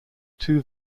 two